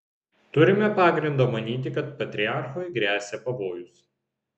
turime pagrindo manyti kad patriarchui gresia pavojus